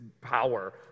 power